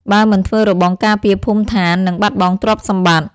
បើមិនធ្វើរបងការពារភូមិស្ថាននឹងបាត់បង់ទ្រព្យសម្បត្តិ។